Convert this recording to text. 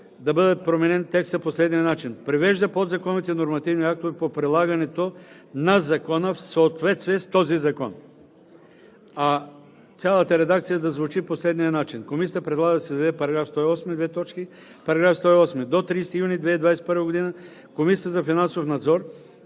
да бъде променен по следния начин: „2. привежда подзаконовите нормативни актове по прилагането на закона в съответствие с този закон.“ Цялата редакция да звучи по следния начин: Комисията предлага да се създаде § 108: „§ 108. До 30 юни 2021 г. Комисията за финансов надзор: